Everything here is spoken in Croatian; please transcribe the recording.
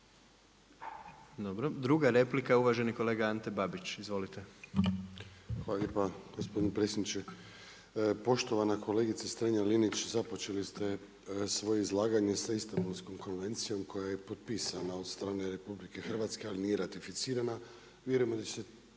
Dobro, druga replika, uvaženi kolega Ante Babić. Izvolite. **Babić, Ante (HDZ)** Hvala lijepa gospodine predsjedniče. Poštovana kolegice Strenja-Linić, započeli ste svoje izlaganje sa Istambulskom konvencijom koja je potpisana od strane RH, ali nije ratificirana, vjerujemo da će se